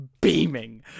beaming